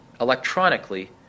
electronically